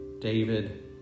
David